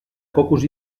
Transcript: cocos